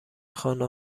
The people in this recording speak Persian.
خانه